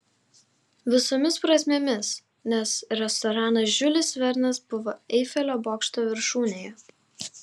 visomis prasmėmis nes restoranas žiulis vernas buvo eifelio bokšto viršūnėje